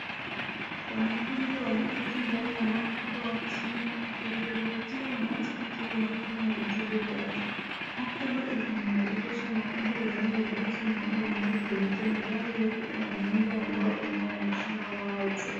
Wanafunzi wameketi ndani ya maktaba wakisoma kwa utulivu kila mmoja akiwa makini na vitabu vyake. Maktaba ina madirisha makubwa yanayoruhusu mwanga mwingi kuingia na dari yake ina muundo ambao unaoonekana wazi.